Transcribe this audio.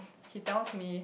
he tells me